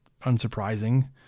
unsurprising